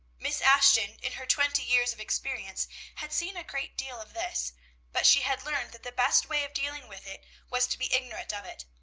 miss ashton, in her twenty years of experience had seen a great deal of this but she had learned that the best way of dealing with it was to be ignorant of it,